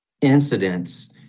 Incidents